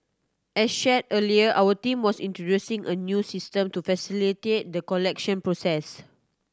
as shared earlier our team was introducing a new system to facilitate the collection process